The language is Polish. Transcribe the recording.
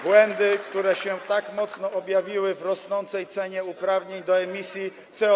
Błędy, które się tak mocno objawiły w rosnącej cenie uprawnień do emisji CO2.